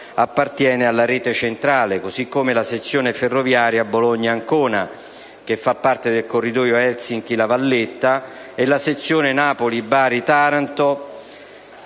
appartiene alle rete centrale, così come la sezione ferroviaria Bologna-Ancona, che fa parte del corridoio Helsinki-La Valletta, e la sezione Napoli-Bari-Taranto.